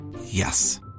Yes